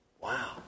wow